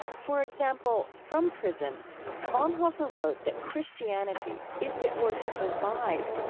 for example, from prison bonhoeffer wrote that christianity, if it were to survive,